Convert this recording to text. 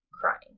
Crying